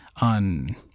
on